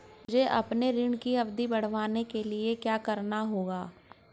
मुझे अपने ऋण की अवधि बढ़वाने के लिए क्या करना होगा?